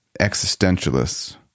existentialists